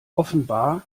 offenbar